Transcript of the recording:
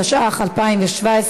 התשע"ח 2017,